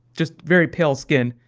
just very pale-skinned.